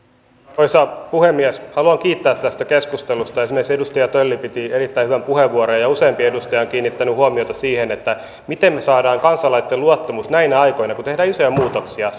arvoisa puhemies haluan kiittää tästä keskustelusta esimerkiksi edustaja tölli piti erittäin hyvän puheenvuoron ja useampi edustaja on kiinnittänyt huomiota siihen miten me saamme kansalaisten luottamuksen näinä aikoina kun tehdään isoja muutoksia